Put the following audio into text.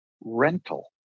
rental